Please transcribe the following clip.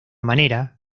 manera